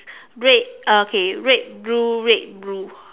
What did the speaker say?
red okay red blue red blue